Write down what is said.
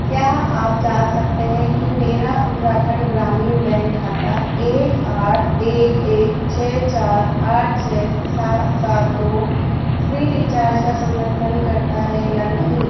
क्या आप जाँच सकते हैं कि मेरा उत्तराखंड ग्रामीण बैंक खाता एक आठ एक एक छः चार आठ छः सात सात दो फ़्री रिचार्ज का समर्थन करता है या नहीं